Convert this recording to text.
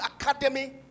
Academy